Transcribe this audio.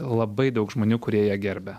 labai daug žmonių kurie ją gerbia